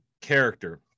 character